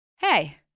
Hey